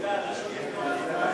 נתקבלה.